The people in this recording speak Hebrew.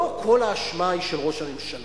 לא כל האשמה היא של ראש הממשלה.